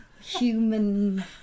human